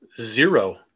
Zero